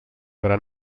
gran